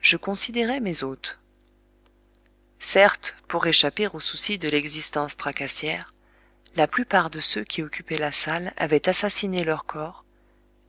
je considérai mes hôtes certes pour échapper aux soucis de l'existence tracassière la plupart de ceux qui occupaient la salle avaient assassiné leurs corps